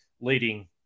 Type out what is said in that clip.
leading